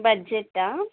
budget ఆ